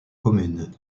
communes